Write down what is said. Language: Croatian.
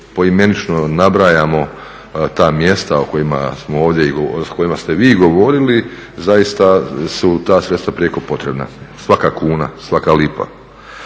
poimenično nabrajamo ta mjesta o kojima ste vi govorili, zaista su ta sredstva prijeko potrebna, svaka kuna, svaka lipa.